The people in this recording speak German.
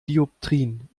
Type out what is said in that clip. dioptrien